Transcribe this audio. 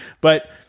But-